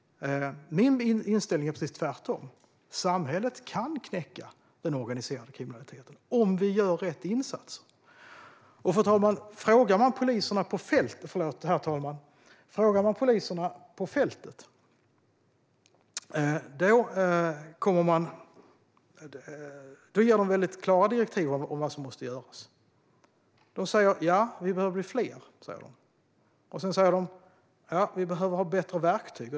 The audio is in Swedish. Min inställning är precis tvärtom: Samhället kan knäcka den organiserade kriminaliteten, om vi gör rätt insatser. Herr ålderspresident! Frågar man poliserna på fältet ger de mycket klara direktiv om vad som måste göras. De säger att de behöver bli fler. Sedan säger de att de behöver ha bättre verktyg.